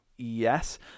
Yes